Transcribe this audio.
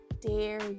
dare